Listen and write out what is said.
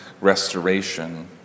restoration